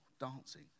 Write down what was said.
dancing